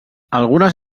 algunes